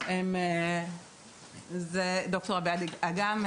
אוהבים את